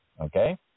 Okay